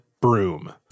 broom